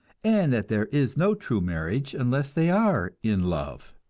and that there is no true marriage unless they are in love,